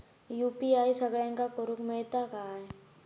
UPI सगळ्यांना करुक मेलता काय?